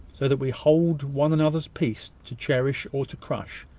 so that we hold one another's peace to cherish or to crush,